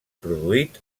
produït